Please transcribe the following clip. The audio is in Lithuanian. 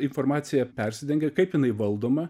informacija persidengia kaip jinai valdoma